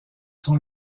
son